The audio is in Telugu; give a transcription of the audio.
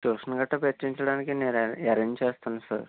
ట్యూషన్ గట్ల పెట్టించడానికి నేను అరేంజ్ చేస్తాను సార్